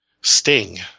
Sting